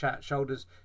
shoulders